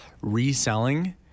Reselling